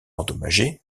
endommagée